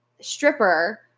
stripper